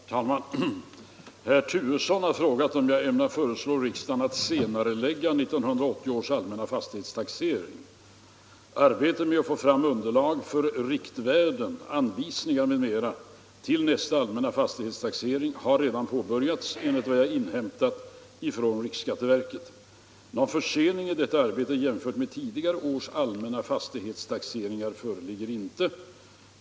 Herr talman! Herr Turesson har frågat mig om jag ämnar föreslå riksdagen att senarelägga 1980 års allmänna fastighetstaxering. Arbetet med att få fram underlag för riktvärden, anvisningar m.m. till nästa allmänna fastighetstaxering har redan påbörjats enligt vad jag har inhämtat från riksskatteverket. Någon försening i detta arbete jämfört med tidigare års allmänna fastighetstaxeringar föreligger inte.